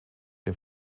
dem